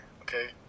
okay